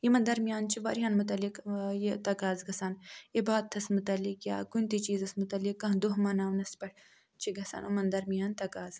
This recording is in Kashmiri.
یمن درمیان چھِ واریاہَن متعلق ٲں یہِ تقاضہ گَژھان عبادتَس مُتعلِق یا کُنہ تہِ چیٖزَس مُتعلِق کانٛہہ دۄہ مناونَس پٮ۪ٹھ چھُ گَژھان یِمن درمیان تقاضہٕ